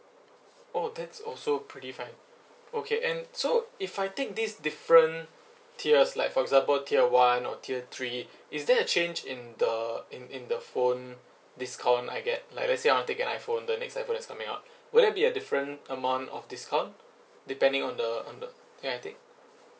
oh that's also pretty fine okay and so if I take these different tiers like for example tier one or tier three is there a change in the in in the phone discount I get like let's say I want to take an iphone the next iphone is coming up will there be a different amount of discount depending on the on the thing I take